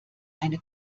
eine